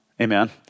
Amen